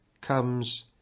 comes